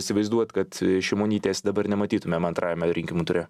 įsivaizduot kad šimonytės dabar nematytumėm antrajame rinkimų ture